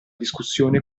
discussione